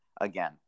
again